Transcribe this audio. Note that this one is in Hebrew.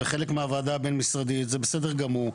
וחלק מהוועדה הבין-משרדית זה בסדר גמור,